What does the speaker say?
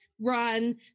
Run